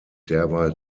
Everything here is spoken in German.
derweil